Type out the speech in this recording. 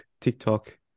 TikTok